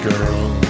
girl